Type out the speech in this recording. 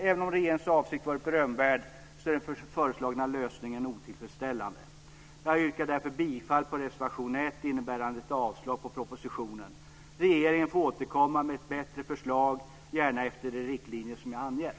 Även om regeringens avsikt har varit berömvärd är den föreslagna lösningen otillfredsställande. Jag yrkar därför bifall till reservation 1 innebärande avslag på propositionens förslag. Regeringen får återkomma med ett bättre förslag, gärna efter de riktlinjer som jag har angett.